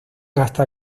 hasta